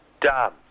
Done